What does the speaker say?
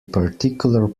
particular